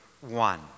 one